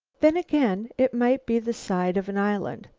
then again it might be the side of an island.